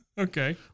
Okay